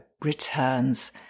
returns